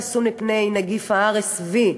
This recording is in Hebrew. חיסון מפני נגיף ה-RSV,